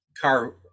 car